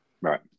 Right